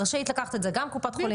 רשאית לקחת את זה גם קופת החולים,